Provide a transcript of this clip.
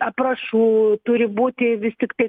aprašų turi būti vis tiktai